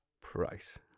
price